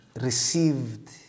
received